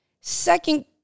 Second